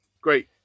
great